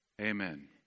Amen